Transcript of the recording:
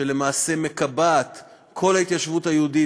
שלמעשה מקבעת את כל ההתיישבות היהודית